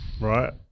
right